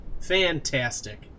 Fantastic